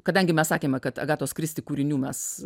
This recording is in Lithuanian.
kadangi mes sakėme kad agatos kristi kūrinių mes